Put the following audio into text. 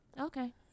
Okay